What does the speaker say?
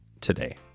today